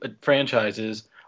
franchises